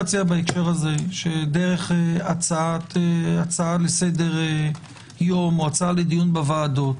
בהקשר הזה שדרך הצעה לסדר-יום או הצעה לדיון בוועדות,